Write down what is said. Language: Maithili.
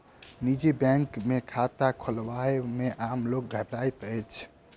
निजी बैंक मे खाता खोलयबा मे आम लोक घबराइत अछि